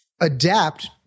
adapt